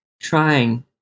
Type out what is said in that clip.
trying